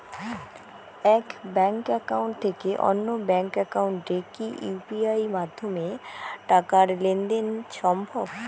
এক bank account থেকে অন্য ব্যাংক একাউন্টে কি ইউ.পি.আই মাধ্যমে টাকার লেনদেন দেন সম্ভব?